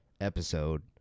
episode